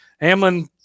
Hamlin